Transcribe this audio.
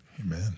Amen